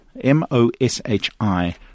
M-O-S-H-I